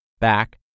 back